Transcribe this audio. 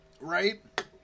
Right